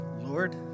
Lord